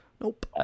nope